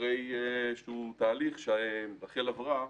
זה קורה אחרי תהליך שעברה רח"ל,